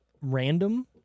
random